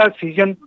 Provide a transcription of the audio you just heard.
season